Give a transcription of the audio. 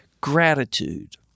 Gratitude